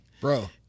bro